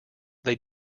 they